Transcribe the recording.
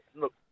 look